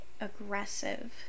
aggressive